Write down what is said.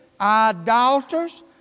idolaters